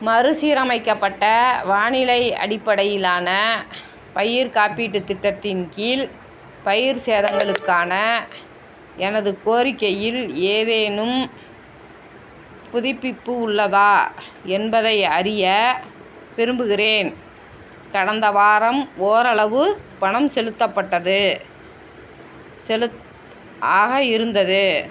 மறுசீரமைக்கப்பட்ட வானிலை அடிப்படையிலான பயிர் காப்பீட்டுத் திட்டத்தின் கீழ் பயிர் சேதங்களுக்கான எனது கோரிக்கையில் ஏதேனும் புதுப்பிப்பு உள்ளதா என்பதை அறிய விரும்புகிறேன் கடந்த வாரம் ஓரளவு பணம் செலுத்தப்பட்டது செலுத் ஆக இருந்தது